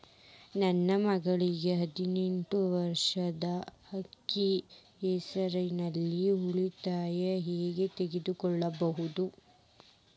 ನನ್ನ ಮಗಳಿಗೆ ಹದಿನೈದು ವರ್ಷ ಅದ ಅಕ್ಕಿ ಹೆಸರಲ್ಲೇ ಉಳಿತಾಯ ಖಾತೆ ತೆಗೆಯಬಹುದಾ?